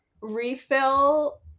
refill